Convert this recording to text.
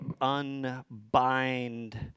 unbind